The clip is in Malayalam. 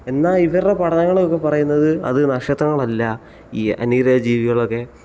എന്നാൽ ഇവരുടെ പഠനങ്ങളൊക്കെ പറയുന്നത് അത് നക്ഷത്രങ്ങളല്ല ഈ അന്യഗ്രഹ ജീവികളൊക്കെ